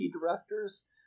directors